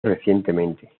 recientemente